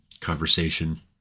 conversation